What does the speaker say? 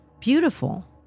beautiful